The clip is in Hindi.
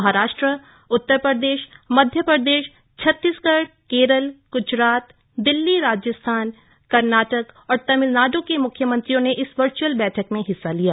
महाराष्ट्र उत्तर प्रदेश मध्य प्रदेश छत्तीसगढ़ केरल गुजरात दिल्ली राजस्थान कर्नाटक और तमिलनाडु के मुख्यमंत्रियों ने इस वर्चुअल बैठक में हिस्सा लिया